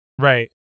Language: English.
Right